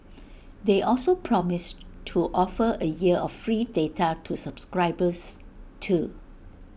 they also promised to offer A year of free data to subscribers too